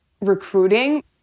recruiting